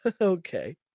Okay